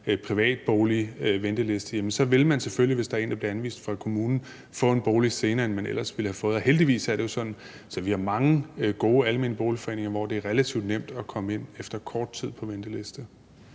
privat bolig – så vil man selvfølgelig, hvis der er en, der bliver anvist fra kommunen, få en bolig senere, end man ellers ville have gjort. Og heldigvis er det jo sådan, at vi har mange gode almene boligforeninger, hvor det er relativt nemt at komme ind efter kort tid på ventelisten.